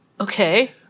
Okay